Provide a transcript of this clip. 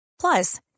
Plus